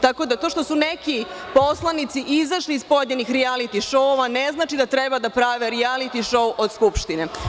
Tako da to što su neki poslanici izašli iz pojedinih rijaliti šoua ne znači da treba da prave rijaliti šou od Skupštine.